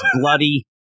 bloody